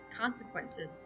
consequences